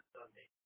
Sunday